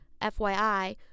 FYI